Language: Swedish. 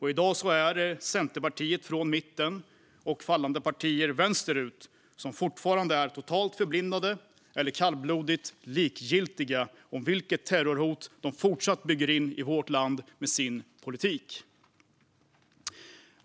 I dag är det från mitten Centerpartiet och partier vänsterut som fortfarande är totalt förblindade, eller kallblodigt likgiltiga, när det gäller vilket terrorhot de fortsätter att bygga in i vårt land med sin politik.